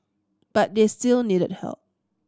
but they still needed help